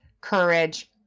courage